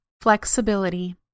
Flexibility